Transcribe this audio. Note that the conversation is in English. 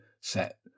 set